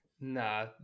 Nah